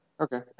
Okay